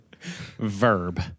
verb